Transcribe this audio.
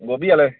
गोभी आह्ले